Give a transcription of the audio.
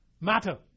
matter